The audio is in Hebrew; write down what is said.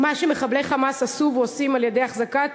מה שמחבלי 'חמאס' עשו ועושים על-ידי החזקת